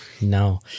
No